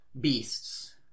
beasts